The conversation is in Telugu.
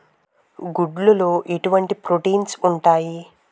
గుడ్లు లో ఎటువంటి ప్రోటీన్స్ ఉంటాయి?